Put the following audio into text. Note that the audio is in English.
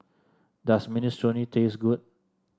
does Minestrone taste good